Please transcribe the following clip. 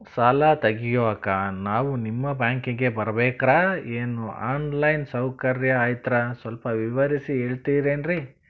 ಸಾಲ ತೆಗಿಯೋಕಾ ನಾವು ನಿಮ್ಮ ಬ್ಯಾಂಕಿಗೆ ಬರಬೇಕ್ರ ಏನು ಆನ್ ಲೈನ್ ಸೌಕರ್ಯ ಐತ್ರ ಸ್ವಲ್ಪ ವಿವರಿಸಿ ಹೇಳ್ತಿರೆನ್ರಿ?